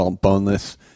boneless